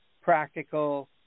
practical